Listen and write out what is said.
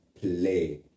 play